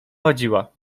chodziła